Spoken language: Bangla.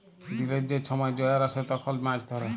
দিলের যে ছময় জয়ার আসে তখল মাছ ধ্যরে